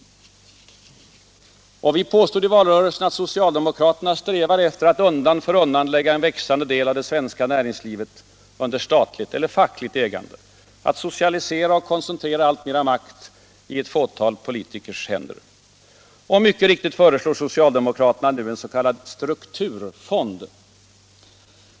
Allmänpolitisk debatt Allmänpolitisk debatt Vi påstod i valrörelsen att socialdemokraterna strävar efter att undan för undan lägga en växande del av det svenska näringslivet under statligt eller fackligt ägande, att socialisera och koncentrera alltmera makt i ett fåtal politikers händer. Och mycket riktigt föreslår socialdemokraterna nu en s.k. strukturfond.